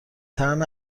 طعم